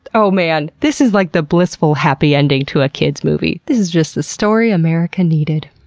oh man! this is, like, the blissful happy ending to a kid's movie. this is just the story america needed.